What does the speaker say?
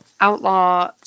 outlaw